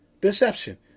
deception